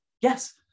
yes